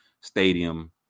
stadium